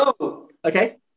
okay